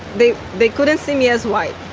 they they couldn't see me as white.